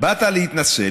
באת להתנצל,